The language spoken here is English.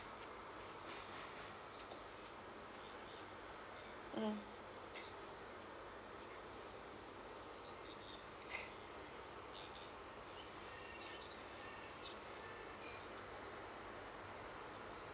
mm